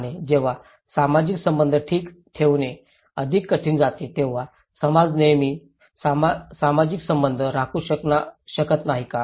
आणि जेव्हा सामाजिक संबंध ठीक ठेवणे अधिक कठीण जाते तेव्हा समाज नेहमीच सामाजिक संबंध राखू शकत नाही का